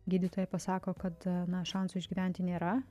gydytojai pasako kada na šansų išgyventi nėra